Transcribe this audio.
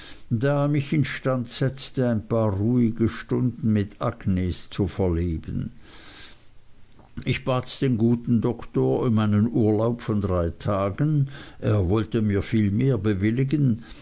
da er mich instand setzte ein paar ruhige stunden mit agnes zu verleben ich bat den guten doktor um einen urlaub von drei tagen er wollte mir viel mehr bewilligen